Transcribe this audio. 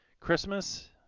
Christmas